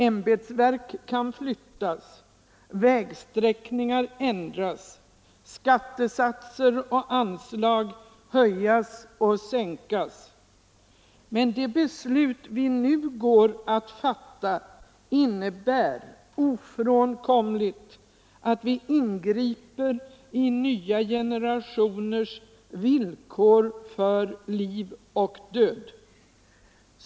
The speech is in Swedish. Ämbetsverk kan flyttas, vägsträckningar ändras, skattesatser och anslag höjas och sänkas, men det beslut vi nu går att fatta innebär ofrånkomligen att vi ingriper i nya generationers villkor för liv och död.